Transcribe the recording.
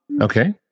Okay